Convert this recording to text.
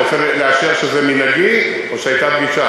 אתה רוצה לאשר שזה מנהגי או שהייתה פגישה?